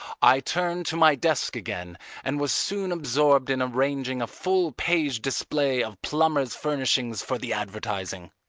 i turned to my desk again and was soon absorbed in arranging a full-page display of plumbers' furnishings for the advertising.